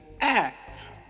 act